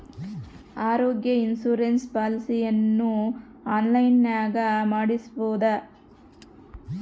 ಆರೋಗ್ಯ ಇನ್ಸುರೆನ್ಸ್ ಪಾಲಿಸಿಯನ್ನು ಆನ್ಲೈನಿನಾಗ ಮಾಡಿಸ್ಬೋದ?